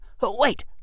Wait